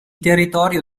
territorio